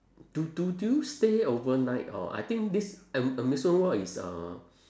do do do you stay overnight or I think this am~ amusement world is uh